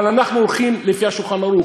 אנחנו הולכים לפי "שולחן ערוך",